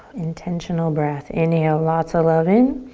intentional breath. inhale, lots of love in.